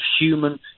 human